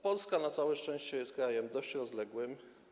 Polska na całe szczęście jest krajem dość rozległym.